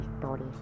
stories